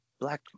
black